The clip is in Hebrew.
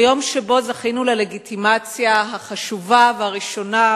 ביום שבו זכינו ללגיטימציה החשובה והראשונה,